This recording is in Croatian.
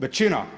Većina.